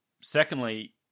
secondly